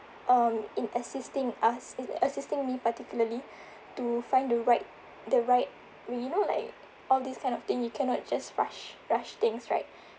um in assisting us as~ assisting me particularly to find the right the right we you know like all these kind of thing you cannot just rush rush things right